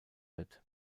wird